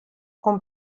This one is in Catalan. com